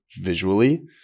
visually